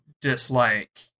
dislike